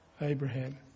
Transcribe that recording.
Abraham